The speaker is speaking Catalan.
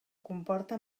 comporta